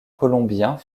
colombiens